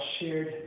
shared